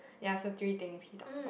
ya so three things he talks about